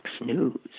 News